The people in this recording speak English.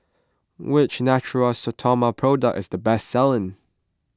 which Natura Stoma product is the best selling